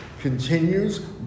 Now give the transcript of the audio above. Continues